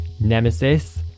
nemesis